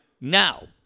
Now